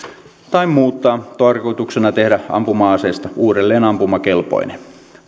tai muuttaa tarkoituksena tehdä ampuma aseesta uudelleen ampumakelpoinen